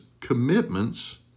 commitments